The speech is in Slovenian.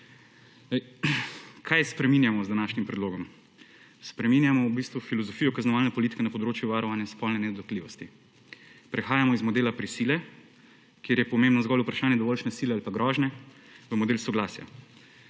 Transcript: Kaj spreminjamo z današnjim predlogom? Spreminjamo v bistvu filozofijo kaznovalne politike na področju varovanja spolne nedotakljivosti. Prehajamo iz modela prisile, kjer je pomembno zgolj vprašanje dovolšnje sile ali pa grožnje v model soglasja.